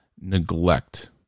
neglect